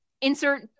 insert